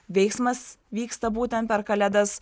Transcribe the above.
veiksmas vyksta būtent per kalėdas